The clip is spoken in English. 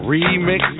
Remix